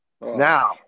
Now